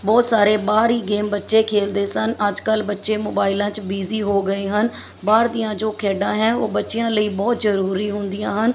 ਬਹੁਤ ਸਾਰੇ ਬਾਹਰੀ ਗੇਮ ਬੱਚੇ ਖੇਡਦੇ ਸਨ ਅੱਜ ਕੱਲ੍ਹ ਬੱਚੇ ਮੋਬਾਈਲਾਂ 'ਚ ਬੀਜੀ ਹੋ ਗਏ ਹਨ ਬਾਹਰ ਦੀਆਂ ਜੋ ਖੇਡਾਂ ਹੈ ਉਹ ਬੱਚਿਆਂ ਲਈ ਬਹੁਤ ਜ਼ਰੂਰੀ ਹੁੰਦੀਆਂ ਹਨ